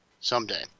someday